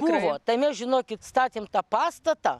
buvo tai mes žinokit statėm tą pastatą